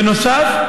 בנוסף,